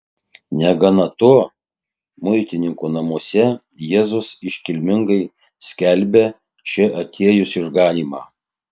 negana to muitininko namuose jėzus iškilmingai skelbia čia atėjus išganymą